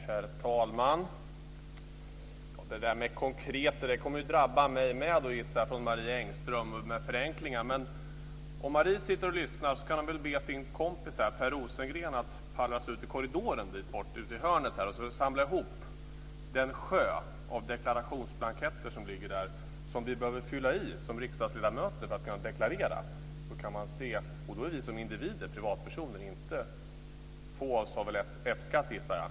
Herr talman! Detta med konkreta förslag till förenklingar kommer ju att drabba mig med från Marie Engströms sida. Men om hon sitter och lyssnar så kan hon väl be sin kompis Per Rosengren att pallra sig ut i hörnet av korridoren och samla ihop den sjö av deklarationsblanketter som ligger där och som vi som riksdagsledamöter behöver fylla i för att kunna deklarera. Och det handlar om oss som individer, som privatpersoner. Få av oss har väl F-skatt gissar jag.